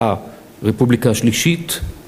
הרפובליקה השלישית